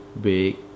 big